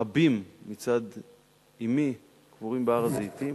רבים מצד אמי, קבורים בהר-הזיתים,